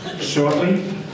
shortly